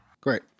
Great